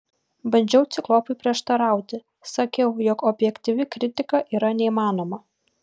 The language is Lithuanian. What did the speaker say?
bandžiau ciklopui prieštarauti sakiau jog objektyvi kritika yra neįmanoma